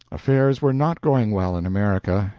affairs were not going well in america,